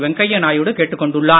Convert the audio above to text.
வெங்கையா நாயுடு கேட்டுக் கொண்டுள்ளார்